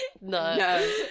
No